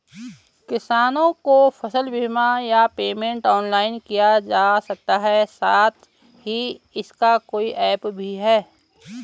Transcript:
किसानों को फसल बीमा या पेमेंट ऑनलाइन किया जा सकता है साथ ही इसका कोई ऐप भी है?